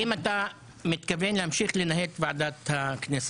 האם אתה מתכוון להמשיך לנהל את ועדת הכנסת?